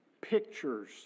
pictures